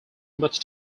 much